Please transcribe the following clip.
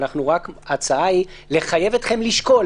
שההצעה היא לחייב אתכם לשקול.